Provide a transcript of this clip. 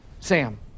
Sam